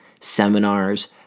seminars